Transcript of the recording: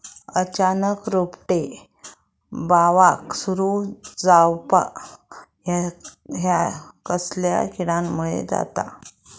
अचानक रोपटे बावाक सुरू जवाप हया कसल्या किडीमुळे जाता?